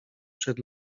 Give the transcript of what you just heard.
przed